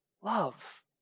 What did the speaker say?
Love